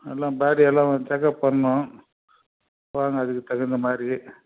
எல்லாம் பாடி எல்லாம் செக்அப் பண்ணும் அதுக்கு தகுந்த மாதிரி